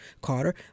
Carter